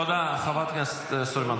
תודה, חברת הכנסת סלימאן.